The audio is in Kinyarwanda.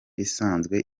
isanzwe